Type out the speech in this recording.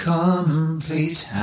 complete